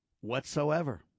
whatsoever